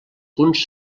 punts